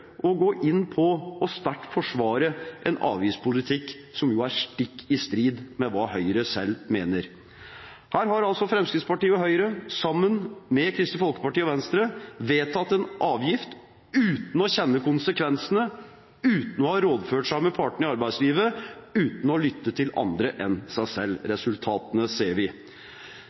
å gå inn på og sterkt forsvare en avgiftspolitikk som er stikk i strid med hva Høyre selv mener? Her har Fremskrittspartiet og Høyre, sammen med Kristelig Folkeparti og Venstre, vedtatt en avgift uten å kjenne konsekvensene, uten å ha rådført seg med partene i arbeidslivet og uten å lytte til andre enn seg selv. Resultatene ser vi.